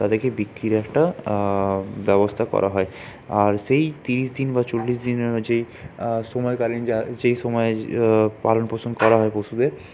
তাদেরকে বিক্রির একটা ব্যবস্থা করা হয় আর সেই তিরিশ দিন বা চল্লিশ দিনের যে সময়কালীন যা যে সময়ে পালনপোষণ করা হয় পশুদের